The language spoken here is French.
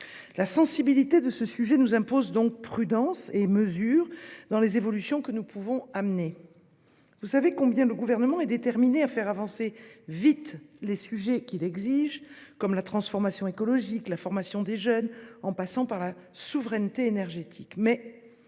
La sensibilité de ce sujet nous impose donc prudence et mesure dans les évolutions que nous pouvons opérer. Vous savez combien le Gouvernement est déterminé à faire avancer vite les sujets qui l'exigent, comme la transformation écologique ou la formation des jeunes, en passant par la souveraineté énergétique. Mais